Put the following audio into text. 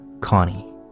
Connie